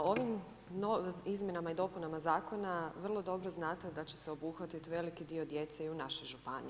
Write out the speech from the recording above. Ovim izmjenama i dopunama zakona vrlo dobro znate da će se obuhvatiti veliki dio djece i u našoj županiji.